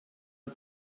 and